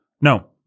No